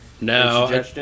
No